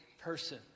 person